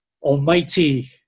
Almighty